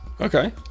okay